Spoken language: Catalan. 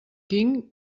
king